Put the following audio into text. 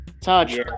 Touch